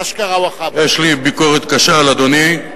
אשכרה, יש לי ביקורת קשה על אדוני,